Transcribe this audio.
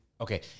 Okay